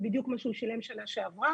אז בדיוק כמו שהוא שילם שנה שעברה.